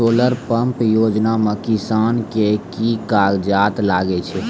Solar pump योजना म किसान के की कागजात लागै छै?